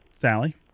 Sally